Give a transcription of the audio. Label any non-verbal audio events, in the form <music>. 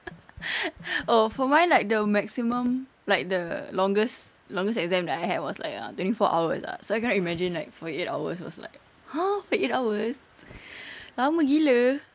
<laughs> oh for mine like the maximum like the longest longest exam that I had was like ah twenty four hours ah so I cannot imagine like forty eight hours was like !huh! forty eight hours lama gila